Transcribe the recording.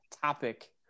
topic